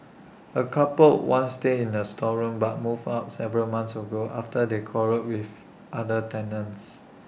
A couple once stayed in A storeroom but moved out Seven months ago after they quarrelled with other tenants